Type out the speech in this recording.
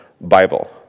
Bible